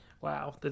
wow